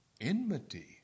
enmity